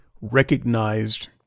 recognized